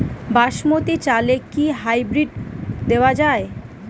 বাসমতী চালে কি হাইব্রিড দেওয়া য়ায়?